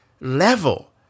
level